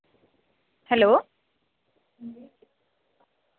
hello